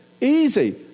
easy